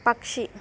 పక్షి